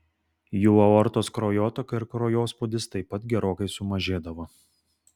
jų aortos kraujotaka ir kraujospūdis taip pat gerokai sumažėdavo